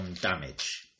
damage